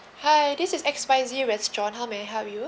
hi this is X spicy restaurant how may I help you